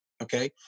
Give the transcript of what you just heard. okay